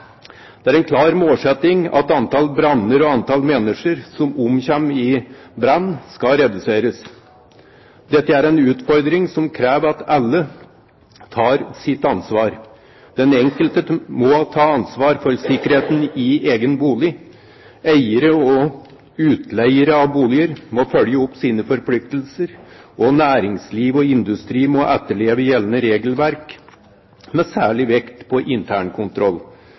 Det er en klar målsetting at antall branner og antall mennesker som omkommer i brann, skal reduseres. Dette er en utfordring som krever at alle tar sitt ansvar. Den enkelte må ta ansvar for sikkerheten i egen bolig. Eiere og utleiere av boliger må følge opp sine forpliktelser, og næringsliv og industri må etterleve gjeldende regelverk, med særlig vekt på internkontroll.